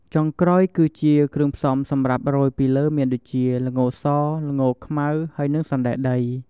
ចុងក្រោយគឺជាគ្រឿងផ្សំសម្រាប់រោយពីលើមានដូចជា ល្ងស ល្ងខ្មៅ ហើយនិងសណ្ដែកដី។